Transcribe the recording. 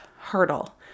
hurdle